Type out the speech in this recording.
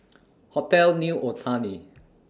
Hotel New Otani